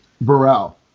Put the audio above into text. Burrell